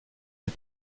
les